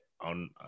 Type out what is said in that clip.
on